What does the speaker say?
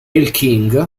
king